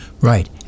right